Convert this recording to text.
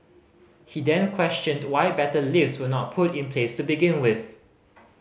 he then questioned why better lifts were not put in place to begin with